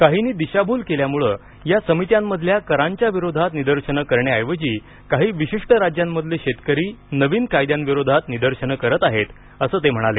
काहींनी दिशाभूल केल्यानं या समित्यांमधल्या करांच्या विरोधात निदर्शनं करण्याऐवजी काही विशिष्ट राज्यांमधले शेतकरी नवीन कायद्यांविरोधात निदर्शनं करत आहेत असं ते म्हणाले